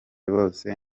bose